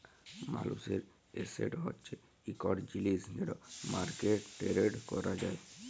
মালুসের এসেট হছে ইকট জিলিস যেট মার্কেটে টেরেড ক্যরা যায়